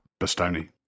Bastoni